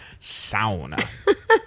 sauna